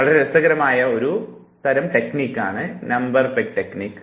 വളരെ രസകരമായ ഒരു സാങ്കേതികതയാണ് നമ്പർ പെഗ് ടെക്നിക്ക്